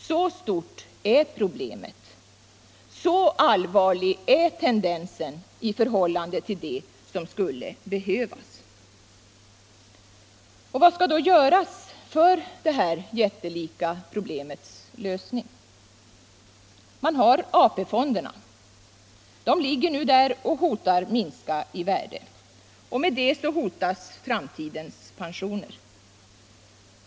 Så stort är problemet. Så allvarlig är tendensen i förhållande till det som skulle behövas. Vad skall då göras för det här jättelika problemets lösning? Man har AP-fonderna. De ligger nu där och hotar att minska i värde, och med det hotas framtidens pensioner.